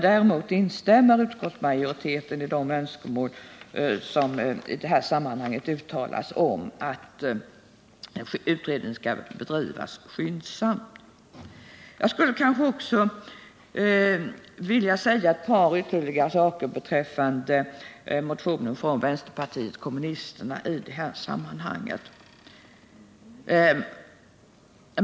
Däremot instämmer utskottsmajoriteten i de önskemål som i det här sammanhanget uttalas om att utredningen skall bedrivas skyndsamt. Så ett par kommentarer med anledning av vänsterpartiet kommunisternas motion i det här sammanhanget.